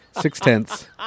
six-tenths